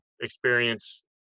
experience